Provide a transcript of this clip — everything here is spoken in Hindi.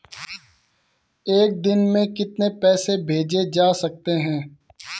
एक दिन में कितने पैसे भेजे जा सकते हैं?